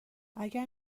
اگر